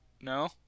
no